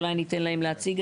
אולי אני אתן להם להציג.